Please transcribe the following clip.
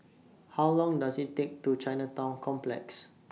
How Long Does IT Take to Chinatown Complex